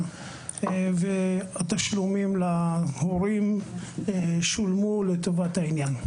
והתשלומים להורים שולמו לטובת העניין.